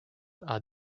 are